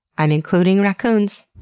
i'm including raccoons.